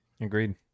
Agreed